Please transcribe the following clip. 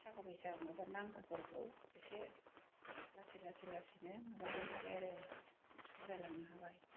थाखा फैसा माबा नांगौफोरखौ एसे लासै लासै लासैनो माबा जोबनो हाबाय आरो सुज्रायलांनो हाबाय